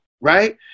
right